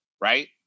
right